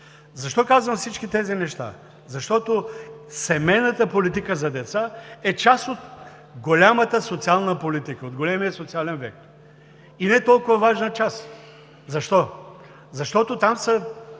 Защо казвам всички тези неща? Защото семейната политика за деца е част от голямата социална политика, от големия социален вектор и не толкова важна част. Защо? Защото със